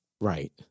Right